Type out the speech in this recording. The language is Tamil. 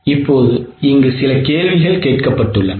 இப்போது சில கேள்விகள் கேட்கப்பட்டுள்ளன